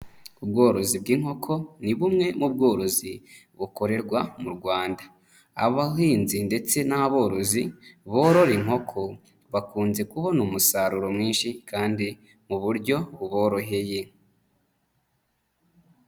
Ubworozi bw'inkoko ni bumwe mu bworozi bukorerwa mu Rwanda. Abahinzi ndetse n'aborozi borora inkoko bakunze kubona umusaruro mwinshi kandi mu buryo buboroheye.